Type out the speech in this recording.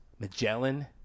Magellan